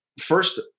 first